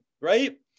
right